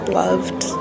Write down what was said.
loved